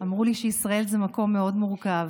אמרו לי שישראל זה מקום מאוד מורכב,